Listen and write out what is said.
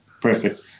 Perfect